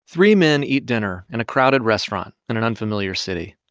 three men eat dinner in a crowded restaurant in an unfamiliar city.